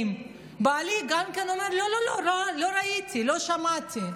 לא ראיתי, לא שמעתי.